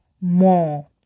more